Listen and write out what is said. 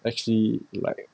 actually like